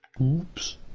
Oops